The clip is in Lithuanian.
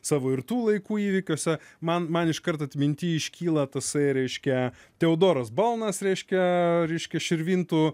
savo ir tų laikų įvykiuose man man iškart atminty iškyla tasai reiškia teodoras balnas reiškia reiškia širvintų